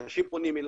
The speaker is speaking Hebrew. אנשים פונים,